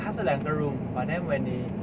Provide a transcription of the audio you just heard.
它是两个 room but then when 你